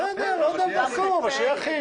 בסדר, אבל שיהיה אחיד.